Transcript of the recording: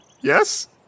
yes